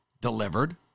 delivered